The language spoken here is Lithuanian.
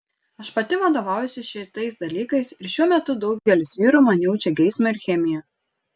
aš pati vadovaujuosi šitais dalykais ir šiuo metu daugelis vyrų man jaučia geismą ir chemiją